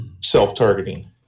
self-targeting